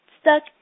stuck